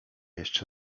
jeszcze